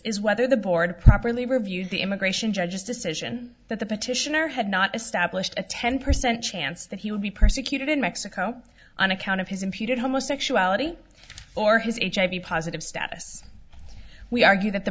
is whether the board properly reviewed the immigration judge's decision that the petitioner had not established a ten percent chance that he would be prosecuted in mexico on account of his imputed homosexuality or his hiv positive status we argue that the